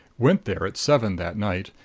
went there at seven that night,